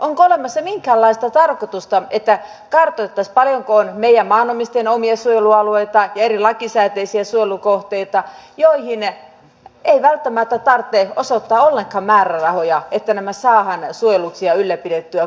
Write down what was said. onko olemassa minkäänlaista tarkoitusta että kartoitettaisiin paljonko on maanomistajien omia suojelualueita ja eri lakisääteisiä suojelukohteita joihin ei välttämättä tarvitse osoittaa ollenkaan määrärahoja että nämä saadaan suojelluksi ja ylläpidettyä